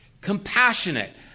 Compassionate